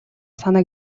санааг